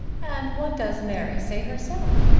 and what does mary say herself?